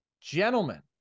Gentlemen